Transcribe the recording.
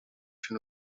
się